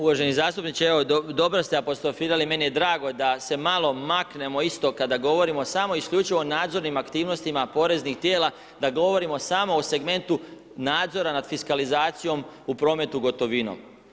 Uvaženi zastupniče, dobro ste apostrofirali, meni je drago da se malo maknemo iz toga, kada govorimo samo isključivo nadzornim aktivnostima poreznih tijela da govorimo samo o segmentu nadzora nad fiskalizaciju u prometu gotovinom.